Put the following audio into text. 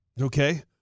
okay